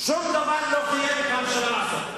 שום דבר לא חייב את הממשלה לעשות.